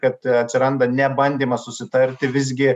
kad atsiranda ne bandymas susitarti visgi